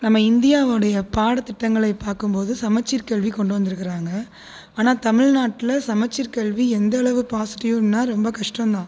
நம்ம இந்தியாவோடைய பாட திட்டங்களை பாக்கும் போது சமச்சீர் கல்வி கொண்டு வந்துருக்கிறாங்க ஆனால் தமிழ்நாட்டில் சமச்சீர் கல்வி எந்த அளவு பாசிட்டிவ்னா ரொம்ப கஷ்டம்தான்